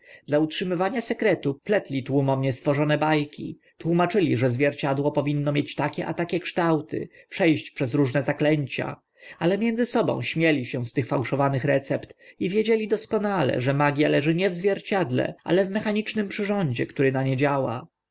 dla utrzymania sekretu pletli tłumom niestworzone ba ki tłumaczyli że zwierciadło powinno mieć takie a takie kształty prze ść przez różne zaklęcia ale między sobą śmieli się z tych fałszowanych recept i wiedzieli doskonale że magia leży nie w zwierciedle ale w mechanicznym przyrządzie który na nie działa